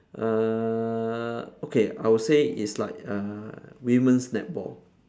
uh okay I'll say it's like uh women's netball